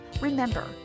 Remember